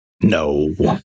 No